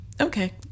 okay